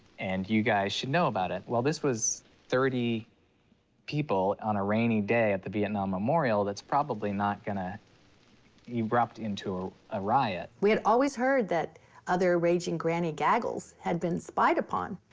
and you guys should know about it. well, this was thirty people on a rainy day at the vietnam memorial that's probably not gonna erupt into a riot. ruth we had always heard that other raging granny gaggles had been spied upon,